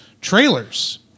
trailers